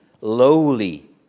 lowly